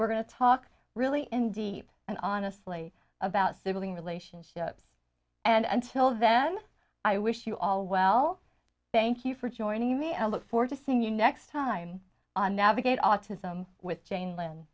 we're going to talk really indeed and honestly about sibling relationships and until then i wish you all well thank you for joining me i look forward to seeing you next time on navigate autism with jane land